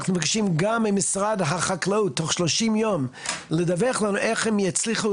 אנחנו מבקשים גם ממשרד החקלאות תוך 30 יום לדווח לנו איך הם יצליחו